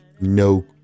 No